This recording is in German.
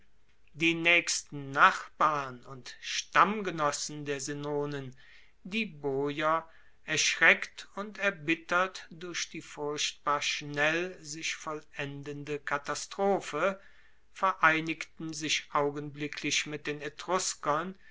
die naechsten nachbarn und stammgenossen der senonen die boier erschreckt und erbittert durch die furchtbar schnell sich vollendende katastrophe vereinigten sich augenblicklich mit den